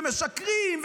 ומשקרים,